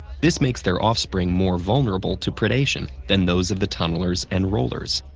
this makes their offspring more vulnerable to predation than those of the tunnelers and rollers.